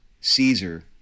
Caesar